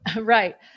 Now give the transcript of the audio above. Right